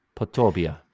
potobia